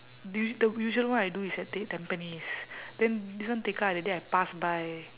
the us~ the usual one I do is at t~ tampines then this one tekka that day I pass by